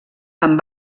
amb